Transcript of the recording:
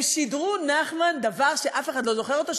הם שידרו דבר שאף אחד לא זוכר אותו,